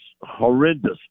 horrendous